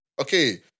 Okay